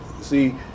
see